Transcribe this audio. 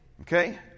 Okay